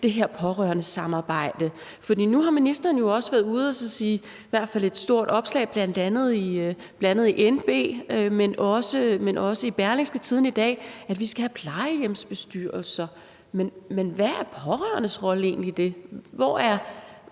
det her pårørendesamarbejde. Nu har ministeren været ude at sige i et stort opslag bl.a. i NB, men også i Berlingske i dag, at vi skal have plejehjemsbestyrelser, men hvad er de pårørendes rolle egentlig i det? Hvad er